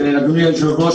אדוני היושב-ראש,